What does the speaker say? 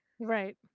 Right